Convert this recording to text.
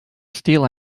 steal